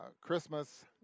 Christmas